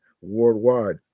worldwide